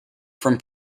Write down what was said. from